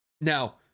Now